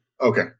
Okay